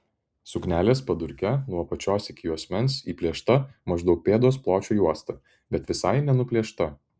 suknelės padurke nuo apačios iki juosmens įplėšta maždaug pėdos pločio juosta bet visai nenuplėšta